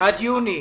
עד יוני.